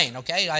okay